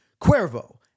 Cuervo